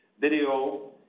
video